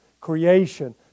creation